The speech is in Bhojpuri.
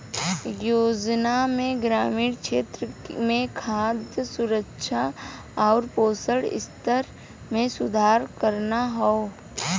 योजना में ग्रामीण क्षेत्र में खाद्य सुरक्षा आउर पोषण स्तर में सुधार करना हौ